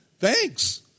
Thanks